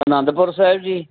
ਅਨੰਦਪੁਰ ਸਾਹਿਬ ਜੀ